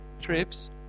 Trips